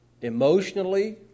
emotionally